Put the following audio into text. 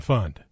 Fund